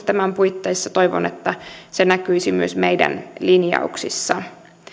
tämän puitteissa toivon että se näkyisi myös meidän linjauksissamme